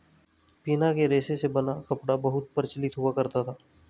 पिना के रेशे से बना कपड़ा बहुत प्रचलित हुआ करता था